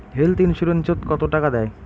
Health insurance ওত কত টাকা দেয়?